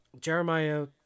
Jeremiah